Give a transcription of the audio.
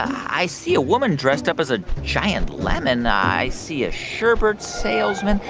i see a woman dressed up as a giant lemon. i see a sherbet salesman.